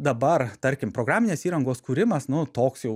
dabar tarkim programinės įrangos kūrimas nu toks jau